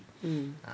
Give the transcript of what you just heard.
um